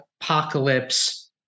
apocalypse